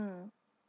mm